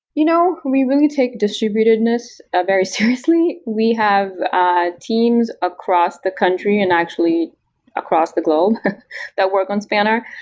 you know we really take distributed ah very seriously. we have ah teams across the country and actually across the globe that work on spanner,